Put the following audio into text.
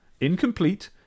incomplete